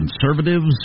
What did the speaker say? conservatives